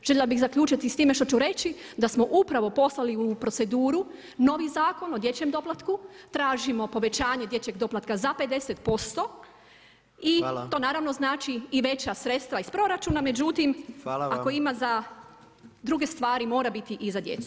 Željela bi zaključiti s time što ću reći da smio upravo poslali u proceduru novi Zakon o dječjem doplatku, tražimo povećanje dječjeg doplatka za 50% i to naravno znači i veća sredstva iz proračuna međutim ako ima za druge stvari, mora biti i za djecu.